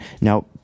Now